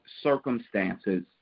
circumstances